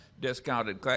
discounted